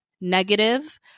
negative